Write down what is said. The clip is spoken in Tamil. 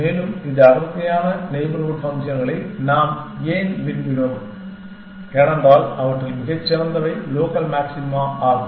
மேலும் அடர்த்தியான நெய்பர்ஹூட் ஃபங்க்ஷன்களை நாம் ஏன் விரும்பினோம் ஏனென்றால் அவற்றில் மிகச் சிறந்தவை லோக்கல் மாக்சிமா ஆகும்